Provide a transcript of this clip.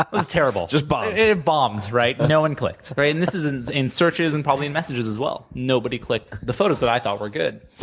ah was terrible. just bombed. it bombed, right? no one clicked. right? and this is in in searches and probably in messages, as well. nobody clicked the photos that i thought were good,